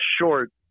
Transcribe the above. short